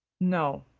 no,